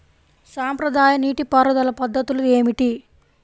సాంప్రదాయ నీటి పారుదల పద్ధతులు ఏమిటి?